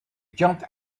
jumped